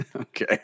Okay